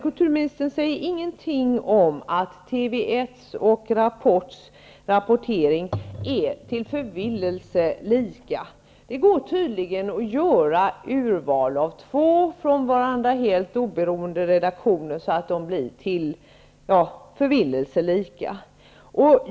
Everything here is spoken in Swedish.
Kulturministern säger däremot ingenting om att TV 1:s och Rapports rapportering är till förvillelse lika. Det är tydligen möjligt för två av varandra helt oberoende redaktioner att göra urval som är till förvillelse lika.